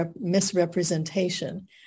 misrepresentation